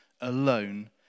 alone